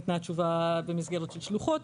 ניתנה תשובה במסגרת של שלוחות.